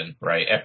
right